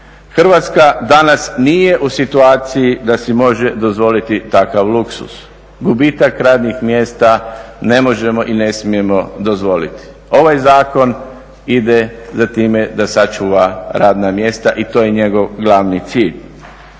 Hrvatska danas nije u situaciji da si može dozvoliti takav luksuz. Gubitak radnih mjesta ne možemo i ne smijemo dozvoliti. Ovaj zakon ide za time da sačuva radna mjesta i to je njegov glavni cilj.